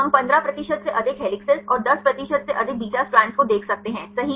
हम 15 प्रतिशत से अधिक हेलिसेस और 10 प्रतिशत से अधिक बीटा स्ट्रैंड को देख सकते हैं सही